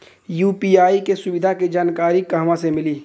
UPI के सुविधा के जानकारी कहवा से मिली?